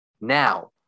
now –